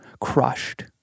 crushed